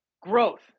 growth